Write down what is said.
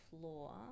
floor